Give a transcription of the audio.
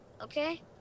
Okay